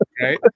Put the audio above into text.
right